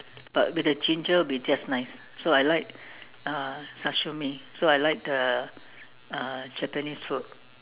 but with the ginger it will be just nice so I like uh sashimi so I like the uh Japanese food